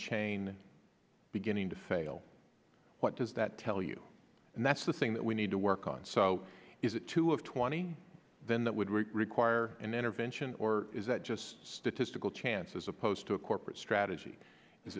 chain beginning to fail what does that tell you and that's the thing that we need to work on so is it two of twenty then that would require an intervention or is that just statistical chance as opposed to a corporate strategy is